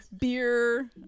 beer